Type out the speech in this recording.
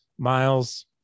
Miles